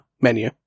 menu